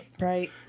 Right